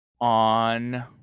on